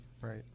Right